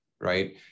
right